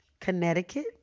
connecticut